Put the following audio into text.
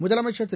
முதலமைச்சா் திரு